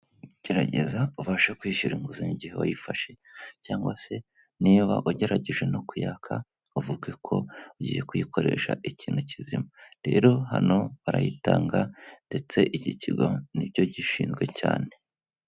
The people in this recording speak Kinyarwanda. Gerageza ubashe kwishyura inguzan igihe wayifashe cyangwa se n'iyo waba ugerageje no kuyaka uvuge ko ugiye kuyikoresha ikintu kizima, rero hano barayitanga ndetse iki kigo nibyo gishinzwe cyane.